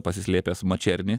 pasislėpęs mačernį